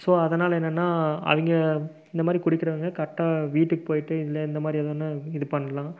so அதனால் என்னென்னால் அவங்க இந்தமாதிரி குடிக்கிறவங்க கரட்டாக வீட்டுக்குப் போயிட்டு இல்லை இந்தமாதிரி ஏதோ ஒன்று இது பண்ணலாம்